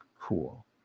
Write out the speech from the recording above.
cool